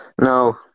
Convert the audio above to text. No